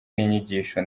n’inyigisho